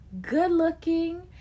good-looking